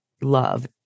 love